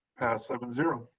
passed seven zero.